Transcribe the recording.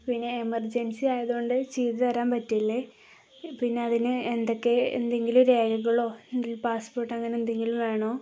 പിന്നെ എമർജൻസി ആയതുകൊണ്ടു ചെയ്തുതരാൻ പറ്റില്ലേ പിന്നെ അതിന് എന്തൊക്കെ എന്തെങ്കിലും രേഖകളോ പാസ്പോർട്ട് അങ്ങനെ എന്തെങ്കിലും വേണോ